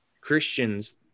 Christians